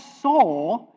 saw